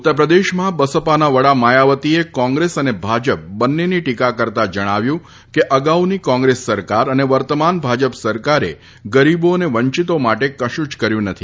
ઉત્તરપ્રદેશમાં બસપાના વડા માયાવતીએ કોંગ્રેસ અને ભાજપ બંનેની ટીકા કરતાં જણાવ્યું હતું કે અગાઉની કોંગ્રેસ સરકાર અને વર્તમાન ભાજપ સરકારે ગરીબો અને વંચિતો માટે કશું જ કર્યું નથી